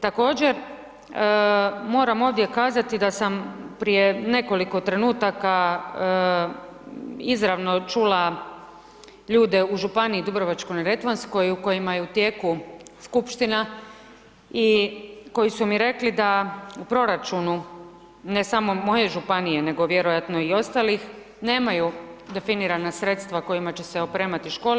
Također moram ovdje kazati da sam prije nekoliko trenutaka izravno čula ljude u Županiji Dubrovačko-neretvanskoj kojima je u tijeku skupština i koji su mi rekli da u proračunu ne samo moje županije, nego vjerojatno i ostalih nemaju definirana sredstva kojima će se opremati škole.